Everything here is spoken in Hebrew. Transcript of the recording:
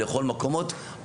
לכל המקומות,